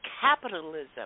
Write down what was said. capitalism